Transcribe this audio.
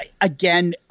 again